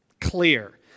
clear